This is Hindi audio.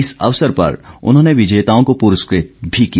इस अवसर पर उन्होंने विजेताओं को पुरस्कृत भी किया